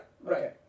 right